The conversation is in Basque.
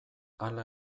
hala